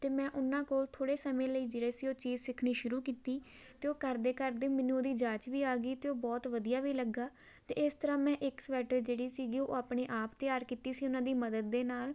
ਅਤੇ ਮੈਂ ਉਹਨਾਂ ਕੋਲ ਥੋੜ੍ਹੇ ਸਮੇਂ ਲਈ ਜਿਹੜੇ ਸੀ ਉਹ ਚੀਜ਼ ਸਿੱਖਣੀ ਸ਼ੁਰੂ ਕੀਤੀ ਅਤੇ ਉਹ ਕਰਦੇ ਕਰਦੇ ਮੈਨੂੰ ਉਹਦੀ ਜਾਂਚ ਵੀ ਆ ਗਈ ਅਤੇ ਉਹ ਬਹੁਤ ਵਧੀਆ ਵੀ ਲੱਗਾ ਅਤੇ ਇਸ ਤਰ੍ਹਾਂ ਮੈਂ ਇੱਕ ਸਵੈਟਰ ਜਿਹੜੀ ਸੀਗੀ ਉਹ ਆਪਣੇ ਆਪ ਤਿਆਰ ਕੀਤੀ ਸੀ ਉਹਨਾਂ ਦੀ ਮਦਦ ਦੇ ਨਾਲ